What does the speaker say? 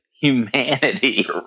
humanity